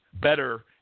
better